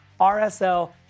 RSL